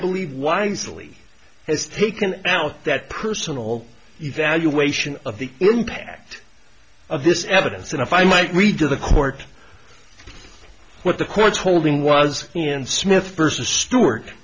believe winds really has taken out that personal evaluation of the impact of this evidence and if i might read to the court what the court's holding was ian smith versus stewart